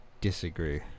disagree